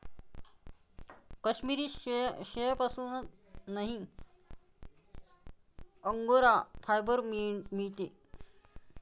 काश्मिरी शेळ्यांपासूनही angora fibre मिळते